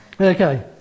Okay